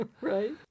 right